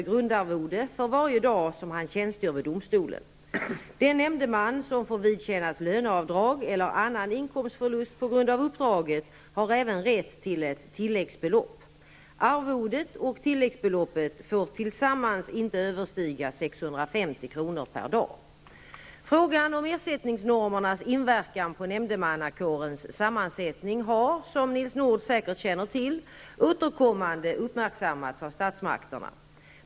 i grundarvode för varje dag som han tjänstgör vid domstolen. Den nämndeman som får vidkännas löneavdrag eller annan inkomstförlust på grund av uppdraget har även rätt till ett tilläggsbelopp. Frågan om ersättningsnormernas inverkan på nämndemannakårens sammansättning har -- som Nils Nordh säkert känner till -- återkommande uppmärksammats av statsmakterna.